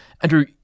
Andrew